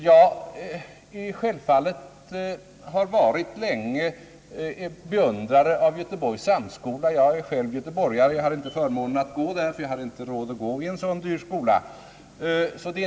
Jag har länge varit beundrare av Göteborgs högre samskola, ty jag är själv göteborgare. Jag hade inte förmånen att gå där själv, ty jag hade inte råd att gå i en så dyr skola.